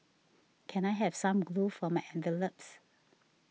can I have some glue for my envelopes